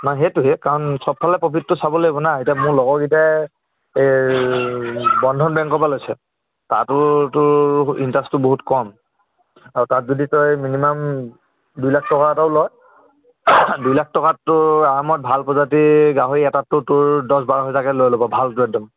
নাই সেইটোৱে কাৰণ চবফালে প্ৰফিটটো চাব লাগিব না এতিয়া মোৰ লগৰকেইটাই এই বন্ধন বেংকৰপৰা লৈছে তাতো তোৰ ইণ্টাৰেষ্টটো বহুত কম আৰু তাত যদি তই মিনিমাম দুই লাখ টকা এটাও লয় দুই লাখ টকাত তোৰ আৰামত ভাল প্ৰজাতি গাহৰি এটাতটো তোৰ দহ বাৰ হাজাৰকৈ লৈ ল'ব ভালটো একদম